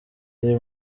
iy’i